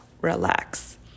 relax